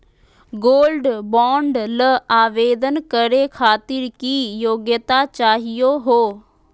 Gold bond ल आवेदन करे खातीर की योग्यता चाहियो हो?